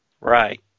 Right